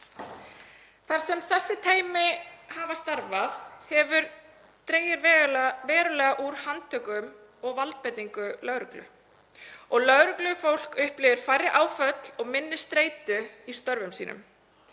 Þar sem þessi teymi hafa starfað hefur dregið verulega úr handtökum og valdbeitingu lögreglu og lögreglufólk upplifir færri áföll og minni streitu í störfum sínum.